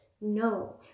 No